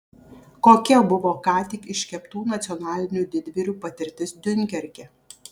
kokia buvo ką tik iškeptų nacionalinių didvyrių patirtis diunkerke